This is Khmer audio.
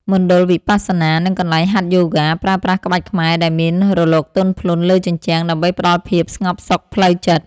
មណ្ឌលវិបស្សនា និងកន្លែងហាត់យូហ្គា ប្រើប្រាស់ក្បាច់ខ្មែរដែលមានរលកទន់ភ្លន់លើជញ្ជាំង ដើម្បីផ្ដល់ភាពស្ងប់សុខផ្លូវចិត្ត។